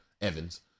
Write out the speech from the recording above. Evans